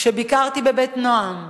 כשביקרתי ב"בית נועם"